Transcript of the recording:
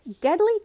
Deadly